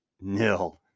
nil